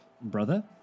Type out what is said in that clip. brother